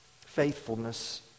Faithfulness